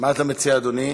מה אתה מציע, אדוני?